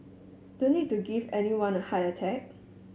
don't need to give anyone a heart attack